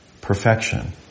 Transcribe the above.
perfection